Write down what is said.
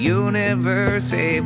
universe